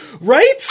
right